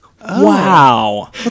Wow